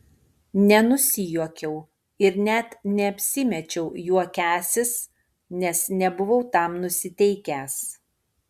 nenusijuokiau ir net neapsimečiau juokiąsis nes nebuvau tam nusiteikęs